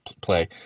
play